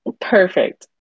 Perfect